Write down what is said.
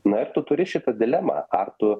na ir tu turi šitą dilemą ar tu